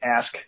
ask